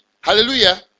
Hallelujah